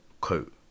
coat